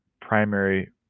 primary